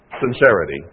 sincerity